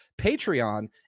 Patreon